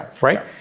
right